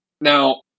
Now